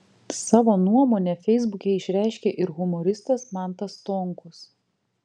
savo nuomonę feisbuke išreiškė ir humoristas mantas stonkus